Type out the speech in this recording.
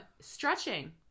Stretching